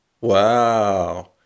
Wow